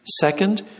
second